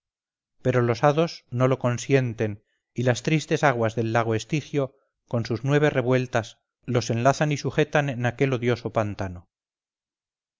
pero los hados no lo consientes y las tristes aguas del lago estigio con sus nueve revueltas los enlazan y sujetan en aquel odioso pantano